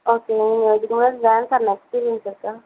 okay நீங்கள் அதுக்கு முன்னாடி டான்ஸ் ஆடின எக்ஸ்பீரியன்ஸ் இருக்கா